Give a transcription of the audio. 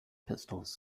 pistols